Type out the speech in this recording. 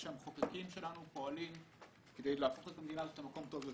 שהמחוקקים שלנו פועלים כדי להפוך את המדינה הזאת למקום טוב יותר.